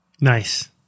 Nice